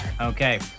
Okay